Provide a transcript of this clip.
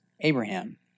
Abraham